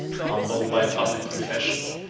humbled by a public confession,